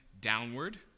downward